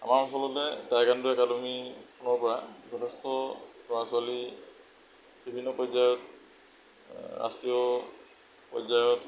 আমাৰ অঞ্চলতে টাইকোৱাণ্ডো একাডেমিখনৰ পৰা যথেষ্ট ল'ৰা ছোৱালী বিভিন্ন পৰ্যায়ত ৰাষ্ট্ৰীয় পৰ্যায়ত